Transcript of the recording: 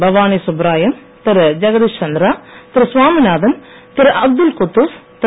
Bhavani Subbarayan Thiru Jagdish Chandra Thiru Swaminathan Thiru Abdul Quddus Thiru